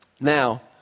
Now